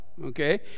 Okay